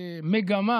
מגמה